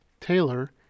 Taylor